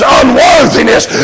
unworthiness